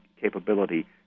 capability